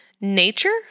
nature